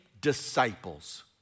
disciples